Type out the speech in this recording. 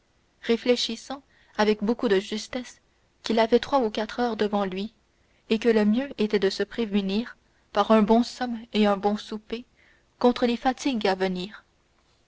réfléchissant avec beaucoup de justesse qu'il avait trois ou quatre heures devant lui et que le mieux était de se prémunir par un bon somme et un bon souper contre les fatigues à venir